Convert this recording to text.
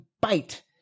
bite